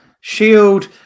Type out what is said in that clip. Shield